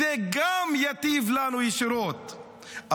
זה גם ייטיב איתנו ישירות,